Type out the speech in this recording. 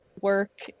work